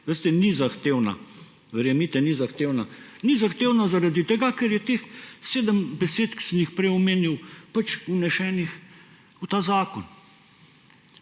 veste, ni zahtevna. Verjemite, ni zahtevna. Ni zahtevna zaradi tega, ker je teh sedem besed, ki sem jih prej omenil, pač vnesenih v ta zakon.